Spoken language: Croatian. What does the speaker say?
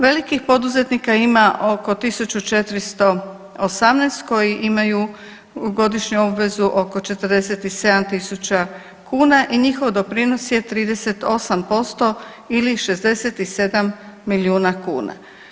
Velikih poduzetnika ima oko 1.418 koji imaju godišnju obvezu oko 47.000 kuna i njihov doprinos je 38% ili 67 milijuna kuna.